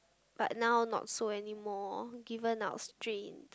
but now not so anymore given our strained